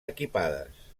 equipades